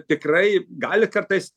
tikrai gali kartais